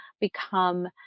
become